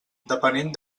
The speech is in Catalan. depenent